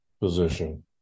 position